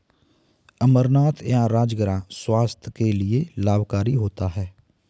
अमरनाथ या राजगिरा स्वास्थ्य के लिए लाभकारी होता है